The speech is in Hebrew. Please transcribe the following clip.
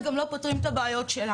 אז גם לא פותרים את הבעיות שלנו.